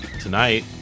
Tonight